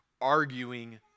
arguing